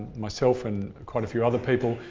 myself and quite a few other people,